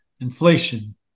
inflation